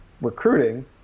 recruiting